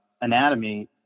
anatomy